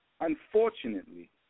unfortunately